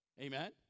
Amen